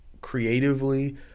creatively